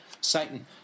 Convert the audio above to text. Satan